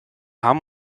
haben